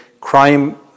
crime